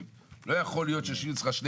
אני רוצה לדבר על אותו שולמן